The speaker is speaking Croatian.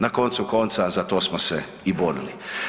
Na koncu konca za to smo se i borili.